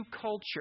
culture